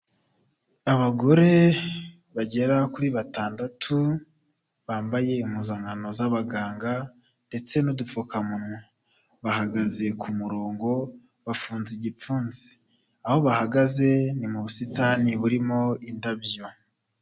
Abagore bagera kuri batandatu bambaye impuzankano z'abaganga, ndetse n'udupfukamunwa. Bahagaze ku murongo bafunze igipfunsi. Aho bahagaze ni mu busitani burimo indabyo.